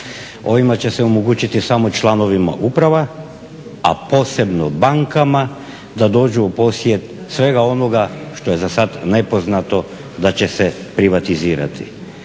Ovime će se omogućiti samo članovima uprava, a posebno bankama da dođu u posjed svega onoga što je zasad nepoznato da će se privatizirati.